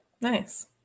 Nice